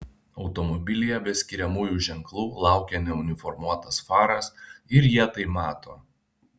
automobilyje be skiriamųjų ženklų laukia neuniformuotas faras ir jie tai mato